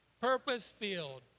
purpose-filled